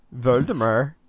Voldemort